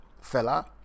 Fella